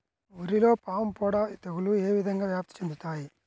వరిలో పాముపొడ తెగులు ఏ విధంగా వ్యాప్తి చెందుతాయి?